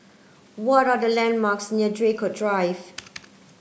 what are the landmarks near Draycott Drive